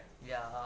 ya